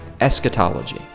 eschatology